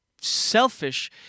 selfish